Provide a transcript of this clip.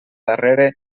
darrere